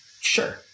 Sure